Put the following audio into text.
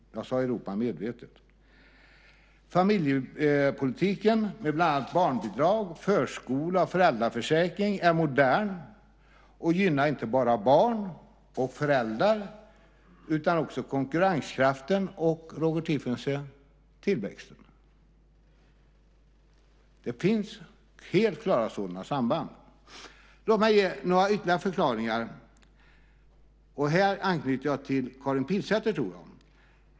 Jag sade Europa medvetet. Familjepolitiken med bland annat barnbidrag, förskola och föräldraförsäkring är modern och gynnar inte bara barn och föräldrar utan också konkurrenskraften och, Roger Tiefensee, tillväxten. Det finns helt klara sådana samband. Låt mig ge några ytterligare förklaringar. Här anknyter jag till Karin Pilsäter, tror jag.